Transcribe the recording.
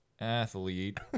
athlete